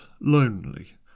lonely